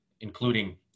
including